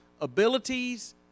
abilities